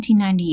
1998